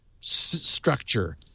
structure